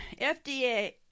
FDA